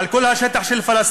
על כל השטח של פלסטין,